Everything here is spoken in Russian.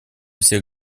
всех